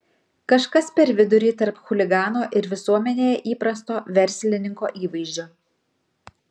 kažkas per vidurį tarp chuligano ir visuomenėje įprasto verslininko įvaizdžio